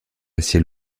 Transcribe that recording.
ciel